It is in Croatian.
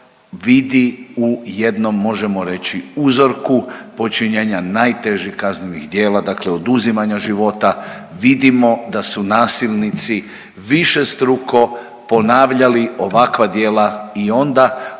vidi u jednom možemo reći uzorku počinjenja najtežih kaznenih djela, dakle oduzimanja života. Vidimo da su nasilnici višestruko ponavljali ovakva djela i onda